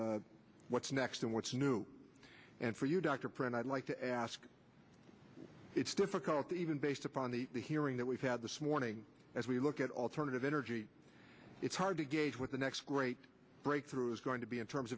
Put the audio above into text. at what's next and what's new and for you dr brende i'd like to ask it's difficult even based upon the hearing that we've had this morning as we look at alternative energy it's hard to gauge what the next great breakthrough is going to be in terms